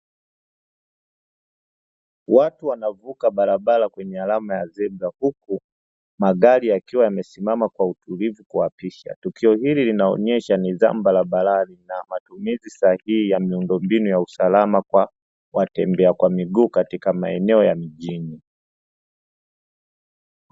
Watu wanavuka barabara kwenye alama ya zebra, huku magari yakiwa yamesimama kwa utulivu kuwapisha; tukio hili linaonyesha ni zamu barabarani na matumizi sahihi ya miundombinu ya usalama kwa watembea kwa miguu katika maeneo ya mijini.